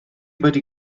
wedi